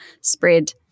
spread